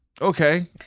okay